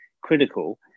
critical